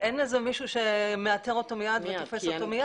אין מישהו שמאתר אותו מיד ותופס אותו מיד.